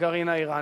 בגרעין האירני.